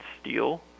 steel